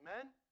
Amen